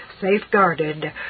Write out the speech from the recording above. safeguarded